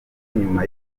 nyuma